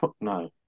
No